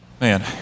Man